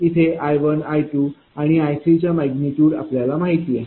इथे I1I2 आणि I3च्या मैग्निटूड आपल्याला माहिती आहे